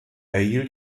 erhielt